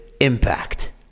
impact